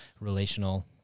relational